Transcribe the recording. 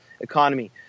economy